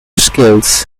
skills